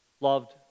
loved